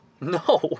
No